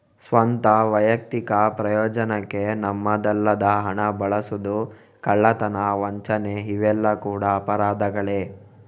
ಸ್ವಂತ, ವೈಯಕ್ತಿಕ ಪ್ರಯೋಜನಕ್ಕೆ ನಮ್ಮದಲ್ಲದ ಹಣ ಬಳಸುದು, ಕಳ್ಳತನ, ವಂಚನೆ ಇವೆಲ್ಲ ಕೂಡಾ ಅಪರಾಧಗಳೇ